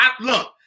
Look